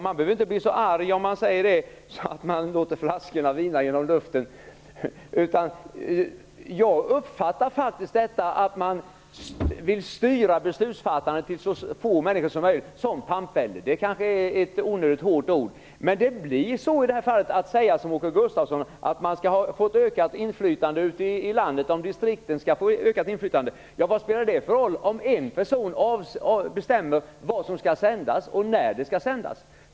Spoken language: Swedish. Man behöver inte bli så arg över detta med pampvälde att man låter vattenflaskorna vina genom luften. Jag uppfattar faktiskt detta att man styr beslutsfattandet till så få människor som möjligt som pampvälde. Det är kanske är ett onödigt hårt ord, men det blir så i det här fallet. Åke Gustavsson säger att distrikten skall få ett ökat inflytande. Vad spelar det för roll när en person bestämmer vad som skall sändas och när det skall sändas?